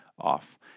off